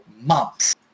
months